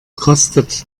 kostet